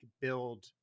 build